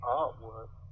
artwork